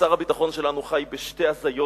שר הביטחון שלנו חי בשתי הזיות